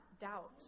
doubt